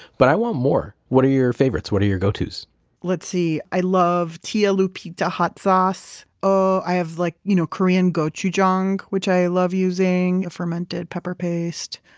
but i want more. what are your favorites? what are your go tos? let's see. i love tia lupita hot sauce. oh, i have like you know korean gochujang, which i love using the fermented pepper paste.